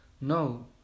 No